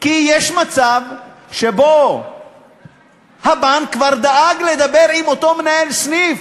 כי יש מצב שבו הבנק כבר דאג לדבר עם אותו מנהל סניף